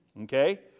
Okay